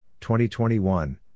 2021